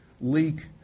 leak